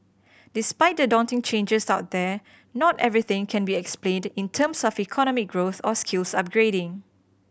despite the daunting changes out there not everything can be explained in terms of economic growth or skills upgrading